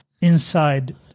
inside